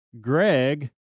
Greg